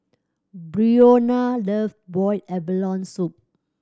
Breonna love boiled abalone soup